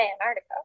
antarctica